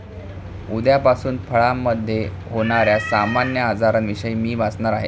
उद्यापासून फळामधे होण्याऱ्या सामान्य आजारांविषयी मी वाचणार आहे